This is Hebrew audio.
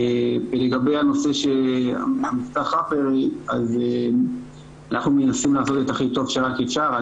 לגבי הנושא שהמבצע "חאפרי" אז אנחנו מנסים לעשות את הכי טוב שרק אפשר.